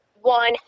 one